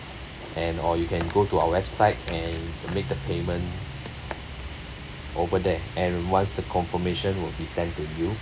and or you can go to our website and make the payment over there and once the confirmation will be sent to you